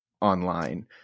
online